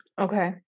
Okay